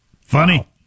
Funny